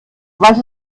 was